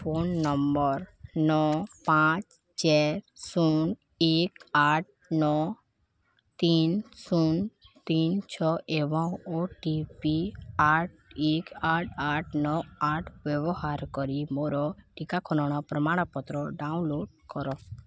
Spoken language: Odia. ଫୋନ୍ ନମ୍ବର୍ ନଅ ପାଞ୍ଚ ଚାରି ଶୂନ ଏକେ ଆଠ ନଅ ତିନି ଶୂନ ତିନି ଛଅ ଏବଂ ଓ ଟି ପି ଆଠ ଏକ ଆଠ ଆଠ ନଅ ଆଠ ବ୍ୟବହାର କରି ମୋର ଟିକାକରଣ ପ୍ରମାଣପତ୍ର ଡ଼ାଉନଲୋଡ଼୍ କର